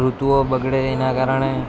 ઋતુઓ બગડે એના કારણે